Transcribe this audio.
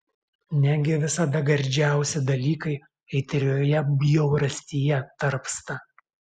negi visada gardžiausi dalykai aitrioje bjaurastyje tarpsta